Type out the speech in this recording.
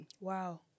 Wow